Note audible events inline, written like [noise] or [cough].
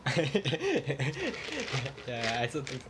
[laughs] ya I also think so